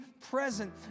present